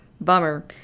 Bummer